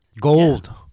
Gold